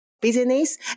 business